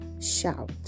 shout